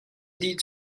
dih